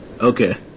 Okay